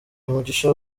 umugisha